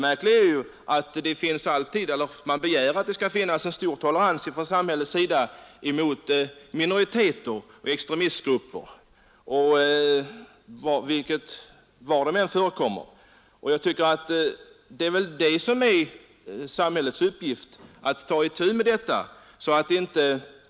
Vissa människor begär att samhället skall visa stor tolerans mot minoriteter och extremistgrupper, var dessa än förekommer, men det är väl samhällets uppgift att ta itu med det problem som uppstått.